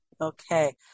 Okay